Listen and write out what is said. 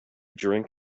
drank